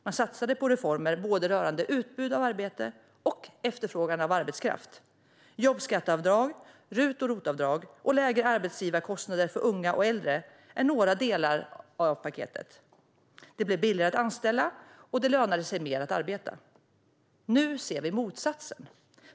Man satsade på reformer rörande både utbud av arbete och efterfrågan av arbetskraft. Jobbskatteavdrag, RUT och ROT-avdrag och lägre arbetsgivarkostnader för unga och äldre var några delar av paketet. Det blev billigare att anställa, och det lönade sig mer att arbeta. Nu ser vi motsatsen.